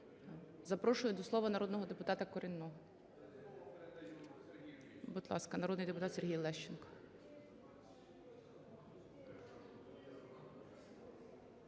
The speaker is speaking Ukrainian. Запрошую до слова народного депутата Куренного. Будь ласка, народний депутат Сергій Лещенко.